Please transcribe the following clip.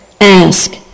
ask